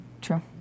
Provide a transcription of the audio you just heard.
True